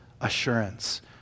assurance